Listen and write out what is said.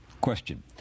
question